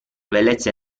bellezze